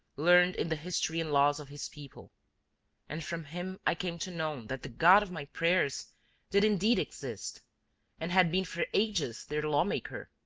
learned in the history and laws of his people and from him i came to know that the god of my prayers did indeed exist and had been for ages their lawmaker,